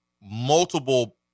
multiple